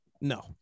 No